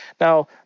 Now